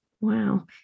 Wow